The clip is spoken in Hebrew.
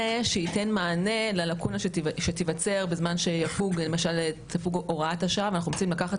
שייתן מענה ללקונה שתיווצר בזמן שתפוג הוראת השעה ואנחנו רוצים לקחת